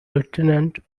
lieutenant